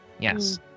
yes